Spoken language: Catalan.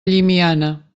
llimiana